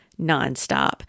nonstop